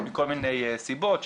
מכל מיני סיבות,